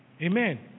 Amen